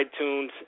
iTunes